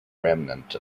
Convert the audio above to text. remnant